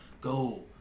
go